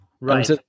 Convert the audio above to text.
Right